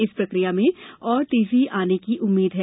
इस प्रक्रिया में और तेजी आने की उम्मीद है